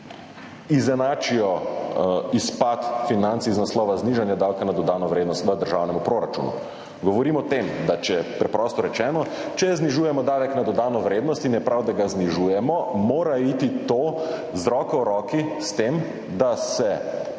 izenačijo izpad financ iz naslova znižanja davka na dodano vrednost v državnemu proračunu. Govorim o tem, da če, preprosto rečeno, znižujemo davek na dodano vrednost, in je prav, da ga znižujemo, mora iti to z roko v roki s tem, da se